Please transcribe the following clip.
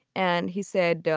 and he said,